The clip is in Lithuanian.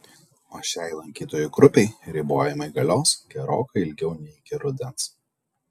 o šiai lankytojų grupei ribojimai galios gerokai ilgiau nei iki rudens